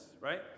right